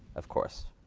of course.